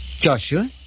Joshua